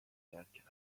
درک